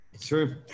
true